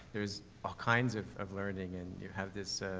there's all kinds of, of learning and you have this,